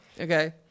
Okay